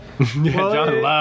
John